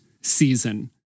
season